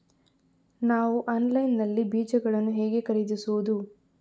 ನಾವು ಆನ್ಲೈನ್ ನಲ್ಲಿ ಬೀಜಗಳನ್ನು ಹೇಗೆ ಖರೀದಿಸುವುದು?